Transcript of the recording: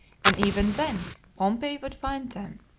and even then pompey would find them.